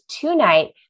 tonight